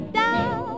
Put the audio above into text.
down